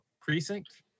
precinct